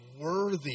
worthy